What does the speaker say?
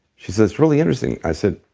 she said, it's really interesting. i said,